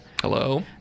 Hello